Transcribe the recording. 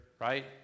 right